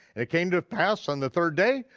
it came to pass on the third day,